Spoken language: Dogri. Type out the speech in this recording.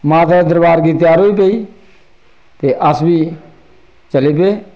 माता दे दरबार गी त्यार होई पेई ते अस बी चली पे